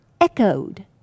echoed